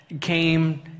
came